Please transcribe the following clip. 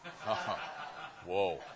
Whoa